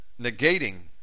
negating